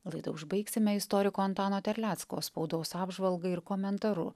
laidą užbaigsime istoriko antano terlecko spaudos apžvalga ir komentaru